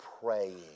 praying